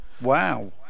Wow